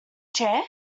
chair